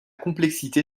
complexité